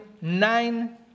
nine